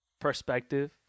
perspective